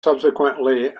subsequently